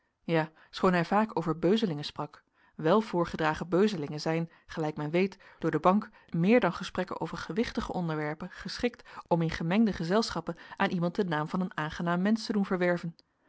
ja schoon hij vaak over beuzelingen sprak wel voorgedragen beuzelingen zijn gelijk men weet door de bank meer dan gesprekken over gewichtige onderwerpen geschikt om in gemengde gezelschappen aan iemand den naam van een aangenaam mensch te doen verwerven